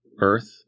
earth